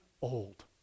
old